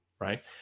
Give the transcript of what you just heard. right